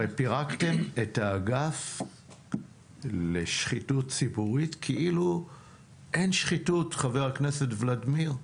הרי פרקתם את האגף לשחיתות ציבורית כאילו אין שחיתות חבר הכנסת ולדימיר,